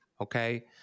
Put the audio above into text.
okay